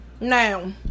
now